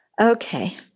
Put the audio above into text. Okay